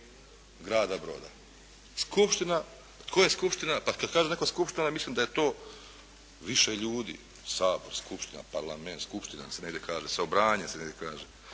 grada Broda. Skupština, tko je skupština pa kad kaže netko skupština onda mislim da je to više ljudi. Sabor, skupština, parlament, skupština se negdje kaže, saobranje e negdje kaže.